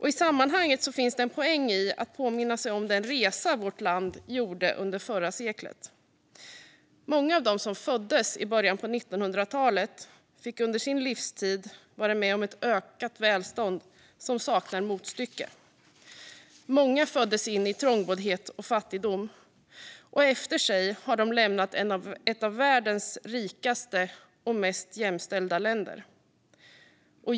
I sammanhanget finns det en poäng i att påminna sig om den resa vårt land gjorde under förra seklet. Många av dem som föddes i början av 1900-talet fick under sin livstid vara med om ett ökat välstånd som saknar motstycke. Många föddes in i trångboddhet och fattigdom. Efter sig lämnade de ett av världens rikaste och mest jämställda länder.